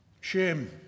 shame